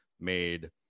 made